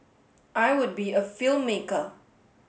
I would be a filmmaker